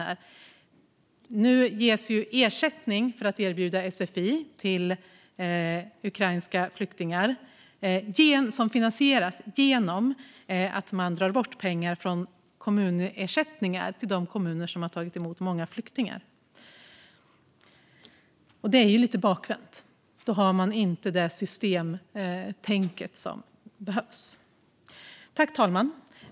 Den ersättning som nu ges för att erbjuda sfi till ukrainska flyktingar finansieras genom att man drar bort pengar från kommunersättningar till de kommuner som har tagit emot många flyktingar. Det är ju lite bakvänt. Då har man inte det systemtänk som behövs. Fru talman!